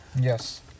Yes